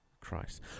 Christ